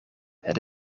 het